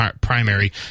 primary